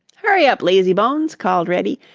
hurry up, lazy bones, called reddy,